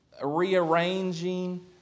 rearranging